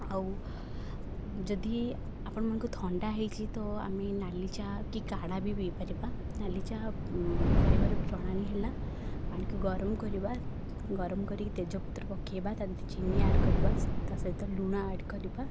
ଆଉ ଯଦି ଆପଣମାନଙ୍କୁ ଥଣ୍ଡା ହେଇଛି ତ ଆମେ ନାଲି ଚାହା କି କାଢ଼ା ବି ପିଇପାରିବା ନାଲି ଚାହା ଉଁ କରିବାର ପ୍ରଣାଳୀ ହେଲା ପାଣିକୁ ଗରମ କରିବା ଗରମ କରିକି ତେଜପତ୍ର ପକେଇବା ତା' ଭିତରେ ଚିନି ଆଡ଼ କରିବା ତା' ସହିତ ଲୁଣ ଆଡ଼ କରିବା